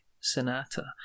Sonata